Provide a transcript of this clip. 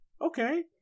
Okay